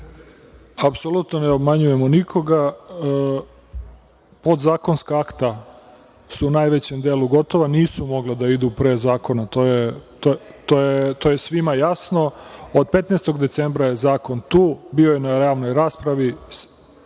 Apsolutno ne obmanjujemo nikoga. Podzakonska akta su u najvećem delu gotova, nisu mogla da idu pre zakona, to je svima jasno. Od 15. decembra je zakon tu, bio je na javnoj raspravi,